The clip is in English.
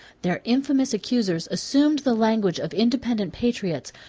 their infamous accusers assumed the language of independent patriots,